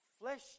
Flesh